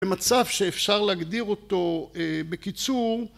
במצב שאפשר להגדיר אותו בקיצור